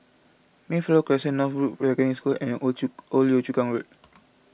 Mayflower Crescent North School and Old Yio Old Yio Chu Kang Road